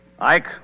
Ike